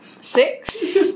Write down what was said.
Six